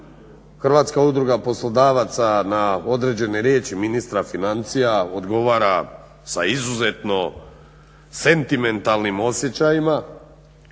Hrvatska udruga poslodavaca na određene riječi ministra financija odgovara sa izuzetno sentimentalnim osjećajima.